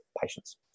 patients